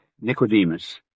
Nicodemus